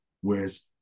whereas